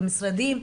במשרדים,